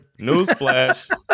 Newsflash